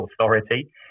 authority